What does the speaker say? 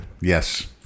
Yes